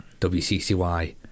WCCY